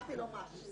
משרד החינוך.